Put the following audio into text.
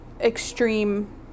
extreme